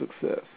Success